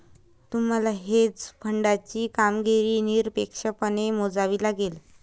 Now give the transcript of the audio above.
तुम्हाला हेज फंडाची कामगिरी निरपेक्षपणे मोजावी लागेल